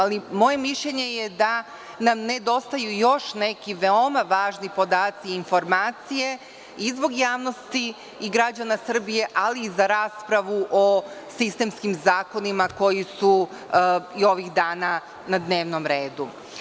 Ali, moje mišljenje je da nam nedostaju još neki veoma važni podaci i informacije, i zbog javnosti i građana Srbije, ali i za raspravu o sistemskim zakonima koji su i ovih dana na dnevnom redu.